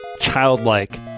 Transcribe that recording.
childlike